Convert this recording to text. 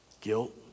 Guilt